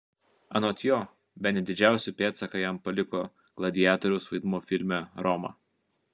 anot jo bene didžiausią pėdsaką jam paliko gladiatoriaus vaidmuo filme roma